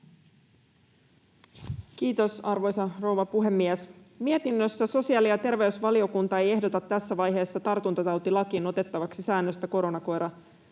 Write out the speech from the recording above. Kiitos, arvoisa rouva puhemies! Mietinnössä sosiaali- ja terveysvaliokunta ei ehdota tässä vaiheessa tartuntatautilakiin otettavaksi säännöstä koronakoiratoiminnasta